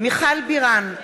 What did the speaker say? מיכל בירן,